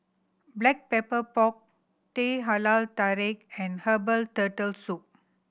Black Pepper Pork Teh Halia Tarik and herbal Turtle Soup